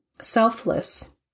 selfless